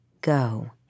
Go